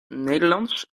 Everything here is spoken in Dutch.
nederlands